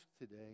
today